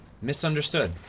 misunderstood